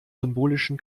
symbolischen